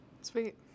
Sweet